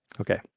Okay